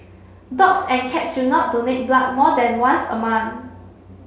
dogs and cats should not donate blood more than once a month